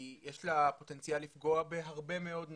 יש לה פוטנציאל לפגוע בהרבה מאוד נשים,